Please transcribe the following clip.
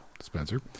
Spencer